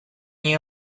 you